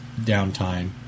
Downtime